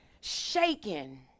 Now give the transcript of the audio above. shaking